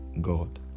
God